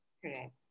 Correct